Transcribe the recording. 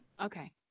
Okay